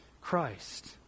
Christ